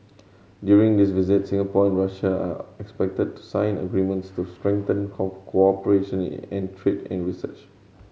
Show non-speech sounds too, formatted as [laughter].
during this visit Singapore and Russia are expected to sign agreements to strengthen [unintelligible] cooperation [unintelligible] in trade and research